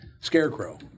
Scarecrow